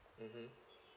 mmhmm